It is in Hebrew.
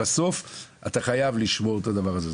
בסוף אתה חייב לשמור את הדבר הזה,